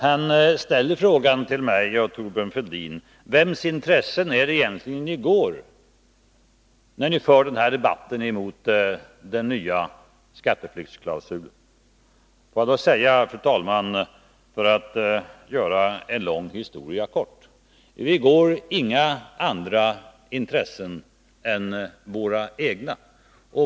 Han ställde till mig och Thorbjörn Fälldin frågan: Vems intressen är det egentligen ni företräder när ni för den här debatten mot den nya skatteflyktsklausulen? Låt mig då — för att göra en lång historia kort — säga: Vi går ingen annans ärenden än våra egna.